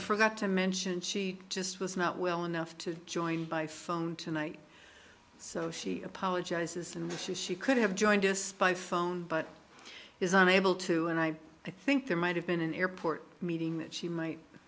forgot to mention she just was not well enough to join by phone tonight so she apologizes and wishes she could have joined us by phone but is unable to and i i think there might have been an airport meeting that she might